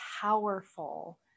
powerful